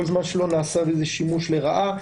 כל זמן שלא נעשה בזה שימוש לרעה.